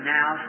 now